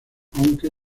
aunque